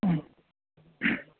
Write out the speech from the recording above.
ꯎꯝ